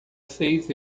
seis